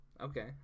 Okay